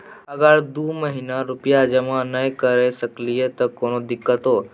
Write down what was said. अगर दू महीना रुपिया जमा नय करे सकलियै त कोनो दिक्कतों?